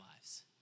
lives